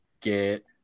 get